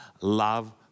love